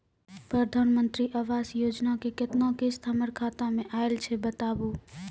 प्रधानमंत्री मंत्री आवास योजना के केतना किस्त हमर खाता मे आयल छै बताबू?